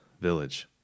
village